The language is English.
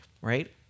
right